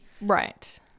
Right